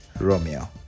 Romeo